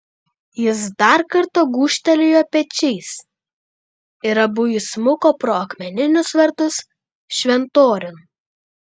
jis dar kartą gūžtelėjo pečiais ir abu įsmuko pro akmeninius vartus šventoriun